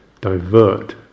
divert